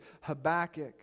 Habakkuk